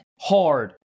hard